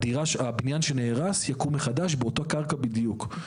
הבניין שנהרס יקום מחדש באותה קרקע בדיוק.